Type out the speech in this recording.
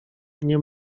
nie